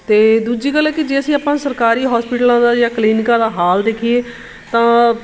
ਅਤੇ ਦੂਜੀ ਗੱਲ ਹੈ ਕਿ ਜੇ ਅਸੀਂ ਆਪਾਂ ਸਰਕਾਰੀ ਹੋਸਪੀਟਲਾਂ ਦਾ ਜਾਂ ਕਲੀਨਿਕਾਂ ਦਾ ਹਾਲ ਦੇਖੀਏ ਤਾਂ